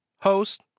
host